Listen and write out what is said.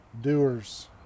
doers